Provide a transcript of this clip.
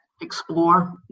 explore